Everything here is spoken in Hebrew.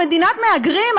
מדינת מהגרים,